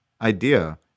idea